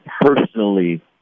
personally